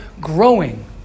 growing